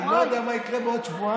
אני לא יודע מה יקרה עוד שבועיים,